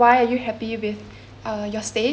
why are you happy with uh your stay ya